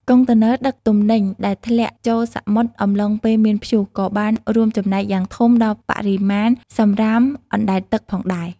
កុងតឺន័រដឹកទំនិញដែលធ្លាក់ចូលសមុទ្រអំឡុងពេលមានព្យុះ ក៏បានរួមចំណែកយ៉ាងធំដល់បរិមាណសំរាមអណ្តែតទឹកផងដែរ។